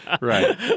Right